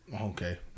Okay